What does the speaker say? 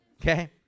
Okay